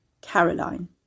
Caroline